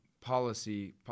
policy